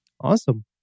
Awesome